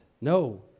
No